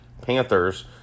Panthers